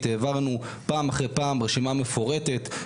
העברנו פעם אחרי פעם רשימה מפורטת.